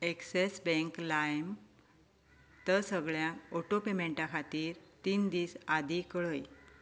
axis Bank लायमात सगळ्यां auto पेमेंटां खातीर तीन दीस आदींच कळय